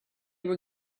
were